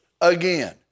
again